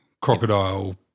Crocodile